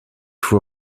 for